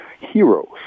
heroes